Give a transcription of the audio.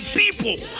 people